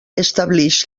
establix